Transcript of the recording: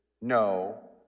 no